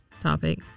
topic